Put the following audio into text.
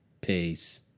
peace